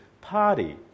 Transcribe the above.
party